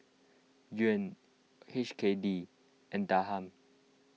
Yuan H K D and Dirham